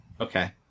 Okay